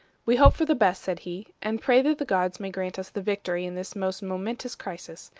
we hope for the best, said he, and pray that the gods may grant us the victory in this most momentous crisis.